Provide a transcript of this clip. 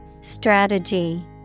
Strategy